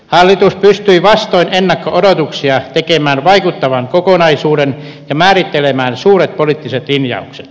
hallitus pystyi vastoin ennakko odotuksia tekemään vaikuttavan kokonaisuuden ja määrittelemään suuret poliittiset linjaukset